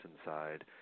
inside